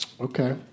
Okay